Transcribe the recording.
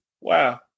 Wow